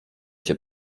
cię